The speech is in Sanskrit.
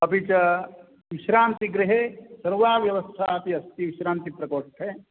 अपि च विश्रान्तिगृहे सर्वाव्यवस्थापि अस्ति विश्रान्तिप्रकोष्ठे